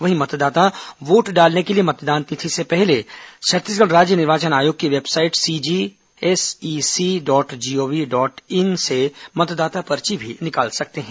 वहीं मतदाता वोट डालने के लिए मतदान तिथि से पहले छत्तीसगढ़ राज्य निर्वाचन आयोग की website CG SEC dot G O V dot in से मतदाता पर्ची भी निकाल सकते हैं